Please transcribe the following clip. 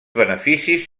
beneficis